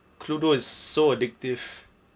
cluedo is so addictive